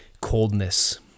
coldness